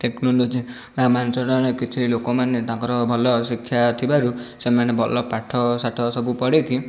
technology ଗ୍ରାମାଞ୍ଚଳର କିଛି ଲୋକମାନେ ତାଙ୍କର ଭଲ ଶିକ୍ଷା ଥିବାରୁ ସେମାନେ ଭଲ ପାଠ ସାଠ ସବୁ ପଢ଼ିକି